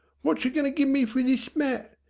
wotcher goin' to gimme for this mat?